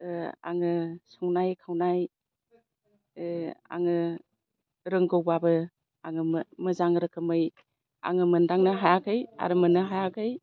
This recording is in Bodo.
आङो संनाय खावनाय आङो रोंगौब्लाबो आङो मोजां रोखोमै आङो मोनदांनो हायाखै आरो मोननो हायाखै